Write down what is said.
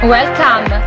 Welcome